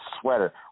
sweater